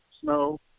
snow